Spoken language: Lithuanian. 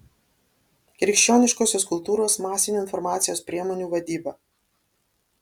krikščioniškosios kultūros masinių informacijos priemonių vadyba